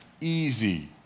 easy